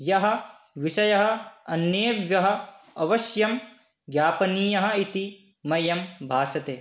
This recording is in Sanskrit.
यः विषयः अन्येभ्यः अवश्यं ज्ञापनीयः इति मह्यं भासते